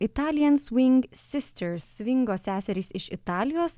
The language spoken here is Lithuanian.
italijan sving sisters svingo seserys iš italijos